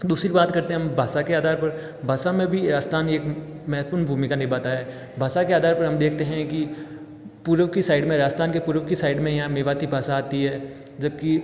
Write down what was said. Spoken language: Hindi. दूसरी बात करते हैं हम भाषा के आधार पर भाषा में भी राजस्थान एक महत्वपूर्ण भूमिका निभाता है भाषा के आधार पर हम देखते हैं की पूर्व की साइड में राजस्थान के पूर्व की साइड में यहाँ मेवाती भाषा आती है जबकि